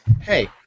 hey